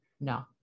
no